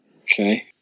Okay